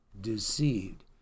deceived